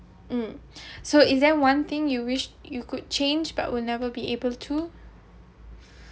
mm so is there one thing you wish you could change but will never be able to